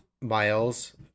Miles